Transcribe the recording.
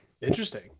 Interesting